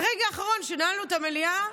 כשנעלנו את המליאה,